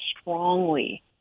strongly